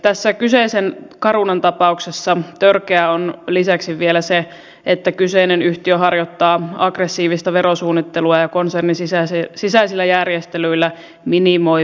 tässä kyseisen carunan tapauksessa törkeää on lisäksi vielä se että kyseinen yhtiö harjoittaa aggressiivista verosuunnittelua ja konsernin sisäisillä järjestelyillä minimoi veronmaksun suomeen